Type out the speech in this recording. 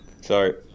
Sorry